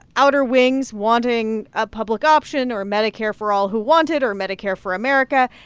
outer wings wanting a public option or medicare for all who want it or medicare for america.